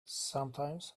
sometimes